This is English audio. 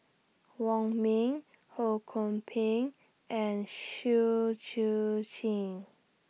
Wong Ming Ho Kwon Ping and Kwek Siew Jin